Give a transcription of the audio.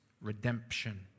redemption